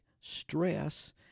stress